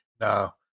no